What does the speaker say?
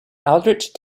aldrich